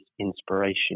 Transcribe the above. inspiration